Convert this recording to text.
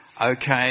okay